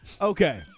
Okay